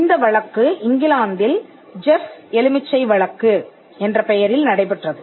இந்த வழக்கு இங்கிலாந்தில் ஜெ ஃப் எலுமிச்சை வழக்கு என்ற பெயரில் நடைபெற்றது